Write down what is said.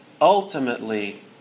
Ultimately